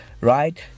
right